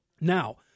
Now